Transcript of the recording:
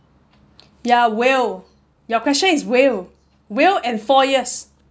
ya will your question is will will and four years